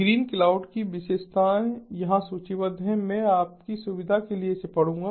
green cloud की विशेषताएं यहां सूचीबद्ध हैं मैं आपकी सुविधा के लिए इसे पढ़ूंगा